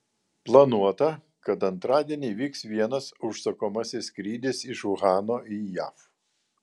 planuota kad antradienį įvyks vienas užsakomasis skrydis iš uhano į jav